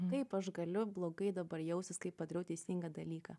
kaip aš galiu blogai dabar jaustis kai padariau teisingą dalyką